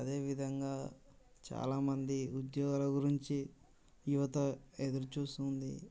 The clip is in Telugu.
అదేవిధంగా చాలామంది ఉద్యోగాల గురించి యువత ఎదురుచూస్తోంది